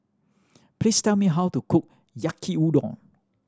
please tell me how to cook Yaki Udon